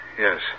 Yes